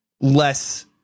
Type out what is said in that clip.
less